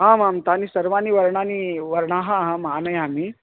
आम् आं तानि सर्वाणि वर्णानि वर्णाः अहम् आनयामि